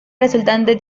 resultante